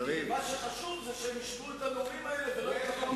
ב-1970 יוסי שריד עזב את מפלגת העבודה בגלל מדינה פלסטינית.